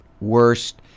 worst